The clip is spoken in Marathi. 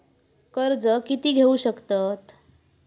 कर्ज कीती घेऊ शकतत?